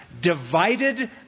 divided